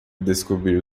descobriu